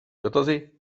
dotazy